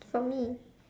for me